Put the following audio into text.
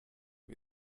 wir